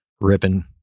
ripping